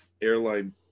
airline